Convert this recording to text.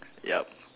yup